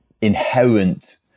inherent